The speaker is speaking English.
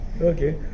Okay